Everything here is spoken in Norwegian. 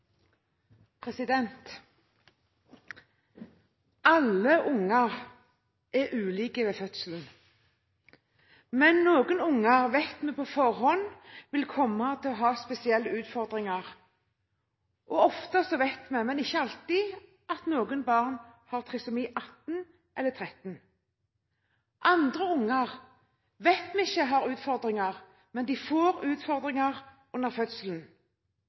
Alle unger er ulike ved fødselen. Men noen barn vet vi på forhånd vil komme til å ha spesielle utfordringer, og ofte vet vi – men ikke alltid – at noen barn har trisomi 18 eller trisomi 13. Andre unger vet vi ikke har utfordringer, men de får utfordringer under fødselen.